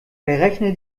berechne